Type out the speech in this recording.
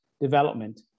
development